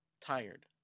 Tired